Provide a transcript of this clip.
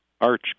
arch